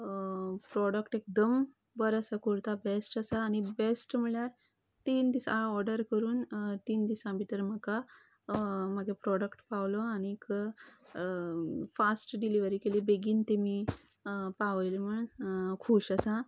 product एकदम बोरो आसा कुर्ता बेश्ट आसा आनी बेश्ट म्हणल्यार तीन दिसां ऑर्डर करून तीन दिसां भितर म्हाका म्हागे प्रोडक्ट पावलो आनीक फास्ट डिल्हिवरी केली बेगीन तेमी पावयलो म्हण खूश आसा